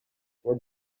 were